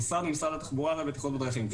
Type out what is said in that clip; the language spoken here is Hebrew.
המשרד הוא משרד התחבורה והבטיחות בדרכים.